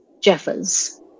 Jeffers